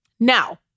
Now